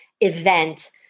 Event